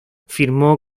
firmó